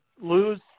lose